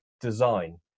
design